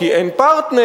כי אין פרטנר,